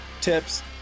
tips